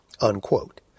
unquote